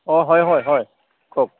অঁ হয় হয় হয় কওক